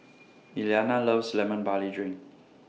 Elianna loves Lemon Barley Drink